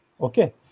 Okay